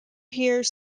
pierre